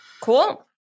Cool